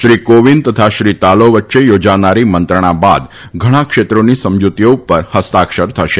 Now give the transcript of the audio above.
શ્રી કોવિંદ તથા શ્રી તાલો વચ્ચે યોજાનારી મંત્રણા બાદ ઘણા ક્ષેત્રોની સમજુતીઓ ઉપર હસ્તાક્ષર થશે